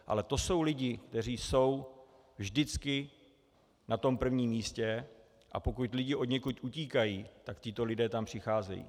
Ale to jsou lidé, kteří jsou vždycky na tom prvním místě, a pokud lidé odněkud utíkají, tak tito lidé tam přicházejí.